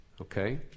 okay